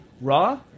Raw